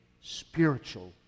spiritual